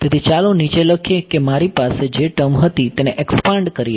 તેથી ચાલો નીચે લખીએ કે મારી પાસે જે ટર્મ હતી તેને એક્સ્પાંડ કરીએ